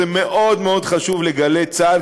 זה מאוד מאוד חשוב ל"גלי צה"ל",